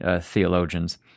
theologians